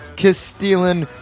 kiss-stealing